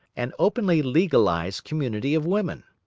an openly legalised community of women.